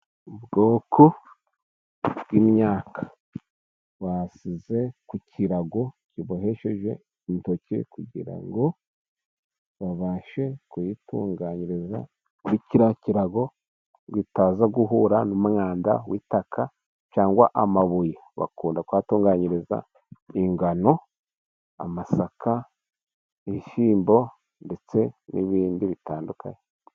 Ubwoko bw'imyaka bashyize ku kirago kibohesheje intoki, kugira ngo babashe kuyitunganyiriza kuri kiriya kirago, bitaza guhura n'umwanda w'itaka cyangwa amabuye, bakunda kuhatunganyiriza ingano, amasaka, ibishyimbo ndetse n'ibindi bitandukanye.